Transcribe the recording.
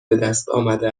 بهدستآمده